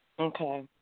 Okay